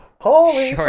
Holy